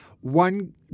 One